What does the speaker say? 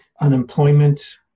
unemployment